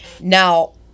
Now